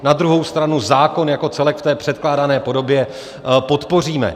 Na druhou stranu zákon jako celek v předkládané podobě podpoříme.